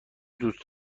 دوست